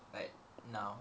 like now